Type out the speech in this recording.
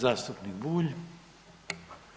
Zastupnik Bulj.